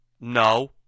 No